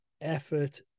effort